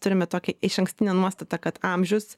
turime tokią išankstinę nuostatą kad amžius